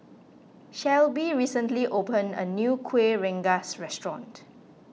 Shelbi recently opened a new Kueh Rengas restaurant